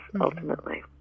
ultimately